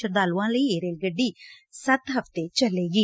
ਸ਼ਰਧਾਲੁਆਂ ਲਈ ਇਹ ਰੇਲ ਗੱਡੀ ਸੱਤ ਹਫ਼ਤੇ ਚਲੇਗੀ